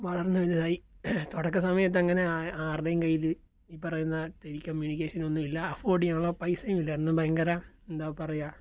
വളർന്നു വലുതായി തുടക്ക സമയത്തങ്ങനെ ആര ആരുടെയും കയ്യിൽ ഈ പറയുന്ന ടെലി കമ്മ്യൂണിക്കേഷനൊന്നുമില്ല അഫോർഡ് ചെയ്യാനുള്ള പൈസയുമില്ല അന്ന് ഭയങ്കര എന്താ പറയുക